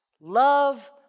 love